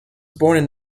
born